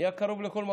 נהיה קרוב לכל מקום.